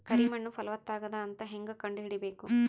ಕರಿ ಮಣ್ಣು ಫಲವತ್ತಾಗದ ಅಂತ ಹೇಂಗ ಕಂಡುಹಿಡಿಬೇಕು?